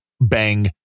bang